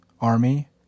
army